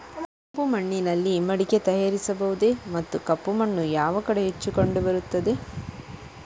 ಕೆಂಪು ಮಣ್ಣಿನಲ್ಲಿ ಮಡಿಕೆ ತಯಾರಿಸಬಹುದೇ ಮತ್ತು ಕಪ್ಪು ಮಣ್ಣು ಯಾವ ಕಡೆ ಹೆಚ್ಚು ಕಂಡುಬರುತ್ತದೆ?